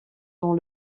dont